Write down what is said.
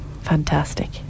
Fantastic